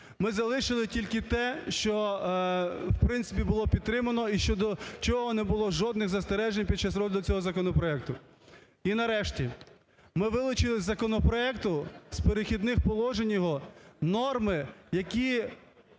Ми залишили тільки те, що в принципі було підтримано, і щодо чого не було жодних застережень під час розгляду цього законопроекту. І нарешті, ми вилучили із законопроекту, з "Перехідних положень" його норми, які